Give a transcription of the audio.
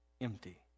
empty